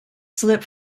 slip